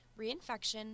reinfection